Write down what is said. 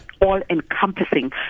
all-encompassing